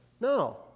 No